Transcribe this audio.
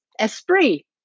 Esprit